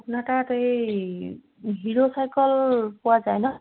আপোনাৰ তাত এই হিৰো চাইকেল পোৱা যায় ন